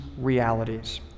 realities